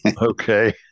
Okay